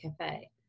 cafe